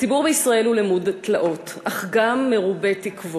הציבור בישראל הוא למוד תלאות אך גם מרובה תקוות.